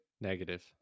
negative